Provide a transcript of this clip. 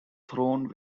thrown